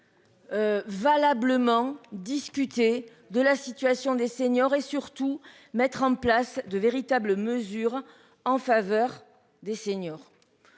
Valablement discuter de la situation des seniors et surtout mettre en place de véritables mesures en faveur des seniors.